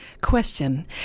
question